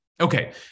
Okay